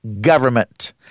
government